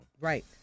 Right